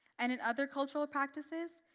and in other cultural practices,